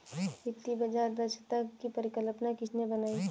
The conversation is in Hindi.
वित्तीय बाजार दक्षता की परिकल्पना किसने बनाई?